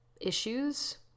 issues